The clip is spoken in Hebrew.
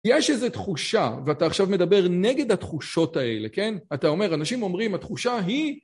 יש איזו תחושה, ואתה עכשיו מדבר נגד התחושות האלה, כן? אתה אומר, אנשים אומרים, התחושה היא...